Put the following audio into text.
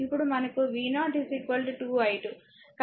ఇప్పుడు మనకు v0 2 i2